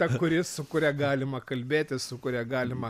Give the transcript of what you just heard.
tą kuri su kuria galima kalbėtis su kuria galima